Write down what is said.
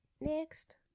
next